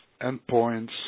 endpoints